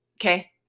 Okay